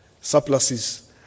surpluses